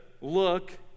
look